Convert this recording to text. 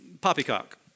poppycock